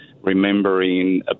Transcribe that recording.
remembering